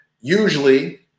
Usually